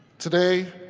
today,